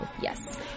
Yes